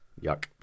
Yuck